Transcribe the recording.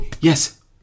Yes